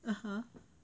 (uh huh)